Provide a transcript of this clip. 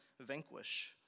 vanquish